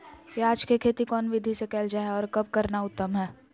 प्याज के खेती कौन विधि से कैल जा है, और कब करना उत्तम है?